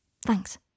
Thanks